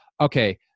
Okay